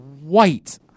White